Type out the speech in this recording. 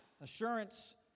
assurance